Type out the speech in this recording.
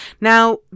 now